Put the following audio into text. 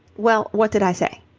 well, what did i say?